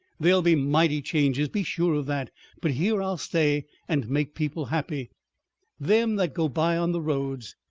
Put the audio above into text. there'll be mighty changes, be sure of that but here i'll stay, and make people happy them that go by on the roads.